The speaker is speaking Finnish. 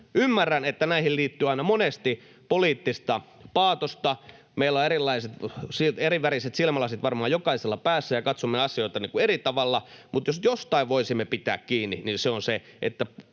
Ymmärrän, että näihin liittyy aina monesti poliittista paatosta. Meillä on varmaan jokaisella eriväriset silmälasit päässä, ja katsomme asioita eri tavalla, mutta jos jostain voisimme pitää kiinni, niin se on se,